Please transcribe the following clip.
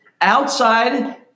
outside